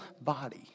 body